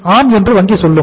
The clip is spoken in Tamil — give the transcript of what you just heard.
ஆம் என்று வங்கி சொல்லும்